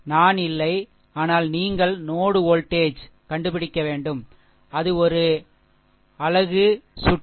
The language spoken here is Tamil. நான் இல்லை ஆனால் நீங்கள் நோடு வோல்டேஜ் நோடு வோல்டேஜ் கண்டுபிடிக்க வேண்டும் அது ஒரு அலகு சுற்று